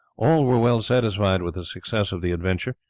all were well satisfied with the success of the adventure,